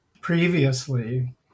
previously